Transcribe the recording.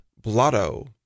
Blotto